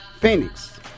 Phoenix